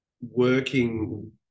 working